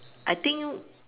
I think